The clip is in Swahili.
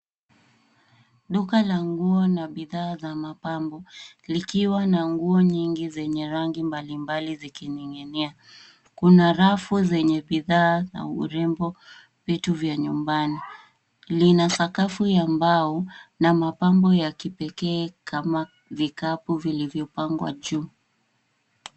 Duka la nguo na bidhaa za mapambo likiwa na nguo nyingi zenye rangi mbalimbali zikining'inia. Kuna rafu zenye bidhaa za urembo na vitu vya nyumbani. Lina sakafu ya mbao na mapambo ya kipekee kama vikapu vilivyopangwa juu.